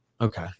Okay